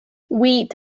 wheat